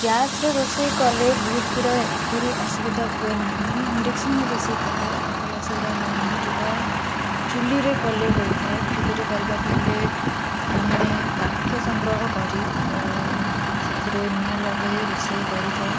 ଗ୍ୟାସ୍ରେ ରୋଷେଇ କଲେ ବହୁତ ଗୁଡ଼ାଏ ଏପରି ଅସୁବିଧା ହୁଏ ନାହିଁ ଇଣ୍ଡସ୍କନ୍ରେ ରୋଷେଇ କଲେ ଏପରି ଅସୁବିଧା ହୁଏ ନାହିଁ ଯେଉଁଟା ଚୂଲିରେ କଲେ ହୋଇଥାଏ ଚୂଲିରେ କରିବାକୁ ହେଲେ ଆମେ କାଠ ସଂଗ୍ରହ କରି ସେଥିରେ ନିଆଁ ଲଗାଇ ରୋଷେଇ କରିଥାଉ